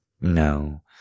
No